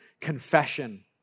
Confession